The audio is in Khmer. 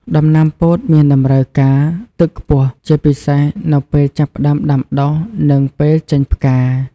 ដំណាំពោតមានតម្រូវការទឹកខ្ពស់ ជាពិសេសនៅពេលចាប់ផ្តើមដាំដុះ និងពេលចេញផ្កា។